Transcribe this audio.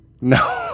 No